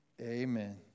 Amen